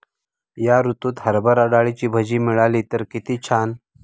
या ऋतूत हरभरा डाळीची भजी मिळाली तर कित्ती छान